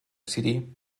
city